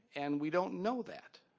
and we don't know that